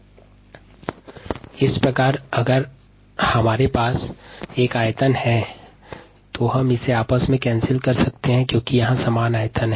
rdVdxvVdtVdxvdt इस प्रकार अगर हमारे पास मात्रा है तो हम सामान मात्रा होने की स्थिति में इन्हें आपस में काट कर सकते हैं